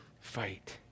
Fight